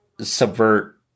subvert